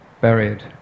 buried